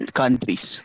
countries